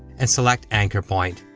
and select anchor point.